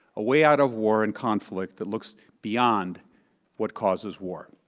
a way out of war and conflict that looks beyond what causes war.